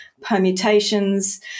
permutations